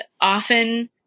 often